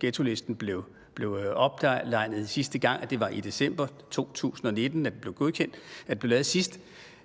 ghettolisten blev opdateret sidste gang, for det var i december 2019, at den blev godkendt og lavet sidst.